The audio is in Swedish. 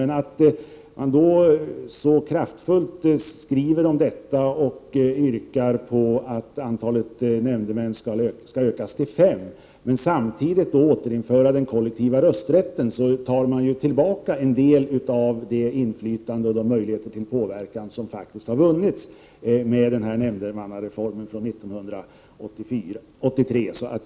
När man då så kraftfullt skriver om detta och yrkar på att antalet nämndemän skall ökas till fem och samtidigt vill återinföra den kollektiva rösträtten, tar man tillbaka en del av det inflytande och möjligheter till påverkan som har vunnits med nämndemannareformen från 1983.